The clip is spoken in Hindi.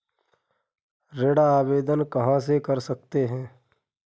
ऋण आवेदन कहां से कर सकते हैं?